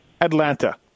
Atlanta